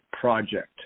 project